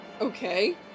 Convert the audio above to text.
Okay